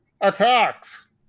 Attacks